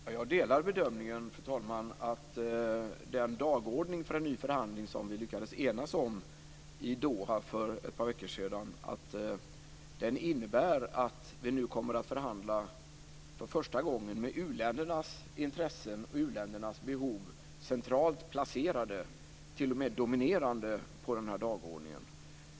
Fru talman! Jag delar bedömningen av den dagordning för en ny förhandling som vi lyckades enas om i Doha för ett par veckor sedan. Den innebär att vi nu för första gången kommer att förhandla med uländernas intressen och u-ländernas behov centralt placerade, t.o.m. dominerande, på dagordningen.